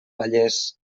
vallès